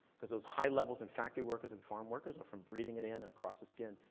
cause those high levels in factory workers and farm workers are from breathing it in and across the skin.